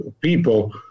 people